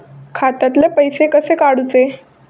खात्यातले पैसे कसे काडूचे?